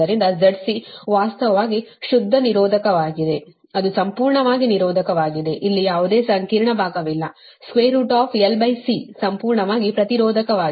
ಆದ್ದರಿಂದ ZC ವಾಸ್ತವವಾಗಿ ಶುದ್ಧ ನಿರೋಧಕವಾಗಿದೆ ಅದು ಸಂಪೂರ್ಣವಾಗಿ ನಿರೋಧಕವಾಗಿದೆ ಇಲ್ಲಿ ಯಾವುದೇ ಸಂಕೀರ್ಣ ಭಾಗವಿಲ್ಲ LC ಸಂಪೂರ್ಣವಾಗಿ ಪ್ರತಿರೋಧಕವಾಗಿದೆ